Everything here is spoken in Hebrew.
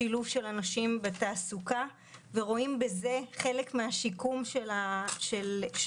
לשילוב של אנשים בתעסוקה ורואים בזה חלק מן השיקום של כולנו.